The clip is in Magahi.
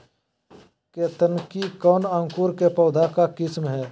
केतकी कौन अंकुर के पौधे का किस्म है?